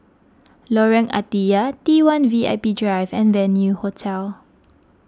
Lorong Ah Thia T one V I P Drive and Venue Hotel